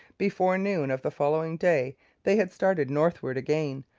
before noon of the following day they had started northward again,